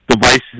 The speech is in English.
devices